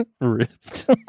Ripped